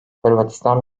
hırvatistan